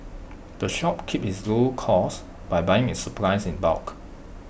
the shop keeps its low costs by buying its supplies in bulk